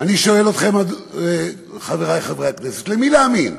אני שואל אתכם, חברי חברי הכנסת: למי להאמין?